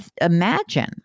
imagine